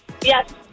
Yes